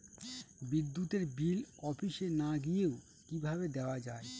বিদ্যুতের বিল অফিসে না গিয়েও কিভাবে দেওয়া য়ায়?